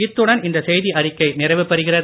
இத்துடன் இந்த செய்தியறிக்கை நிறைவு பெறுகிறது